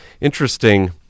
interesting